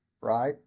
right